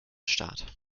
staat